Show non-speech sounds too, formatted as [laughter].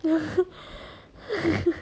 [breath] [laughs] [breath]